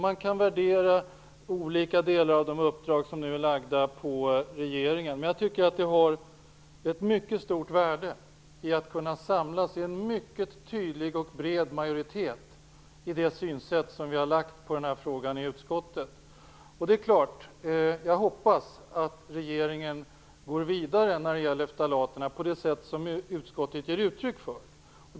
Man värderar olika delar av de uppdrag som nu är lagda på regeringen. Men jag tycker att det ligger ett mycket stort värde i att kunna samlas i en mycket tydlig och bred majoritet i det synsätt som vi i utskottet har haft i den här frågan. Jag hoppas naturligtvis att regeringen går vidare när det gäller ftalaterna på det sätt som utskottet ger uttryck för.